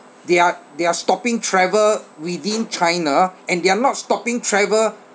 they are they are stopping travel within china and they're not stopping travel